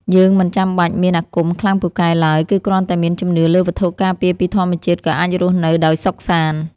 យើងមិនចាំបាច់មានអាគមខ្លាំងពូកែឡើយគឺគ្រាន់តែមានជំនឿលើវត្ថុការពារពីធម្មជាតិក៏អាចរស់នៅដោយសុខសាន្ត។